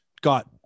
got